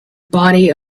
body